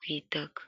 ku itaka.